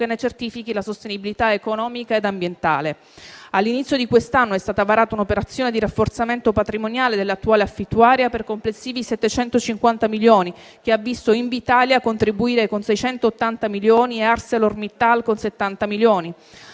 certifichi la sostenibilità economica ed ambientale. All'inizio di quest'anno è stata varata un'operazione di rafforzamento patrimoniale dell'attuale affittuaria per complessivi 750 milioni, che ha visto Invitalia contribuire con 680 milioni e ArcelorMittal con 70 milioni.